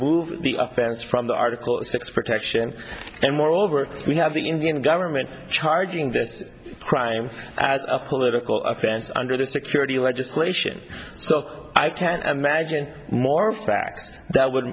remove the offense from the article six protection and moreover we have the indian government charging this crime as a political offense under the security nation so i can't imagine more facts that wouldn't